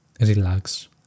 relax